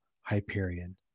Hyperion